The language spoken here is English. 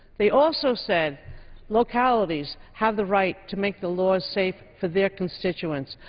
they also said localities have the right to make the laws safe for their constituents.